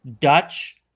Dutch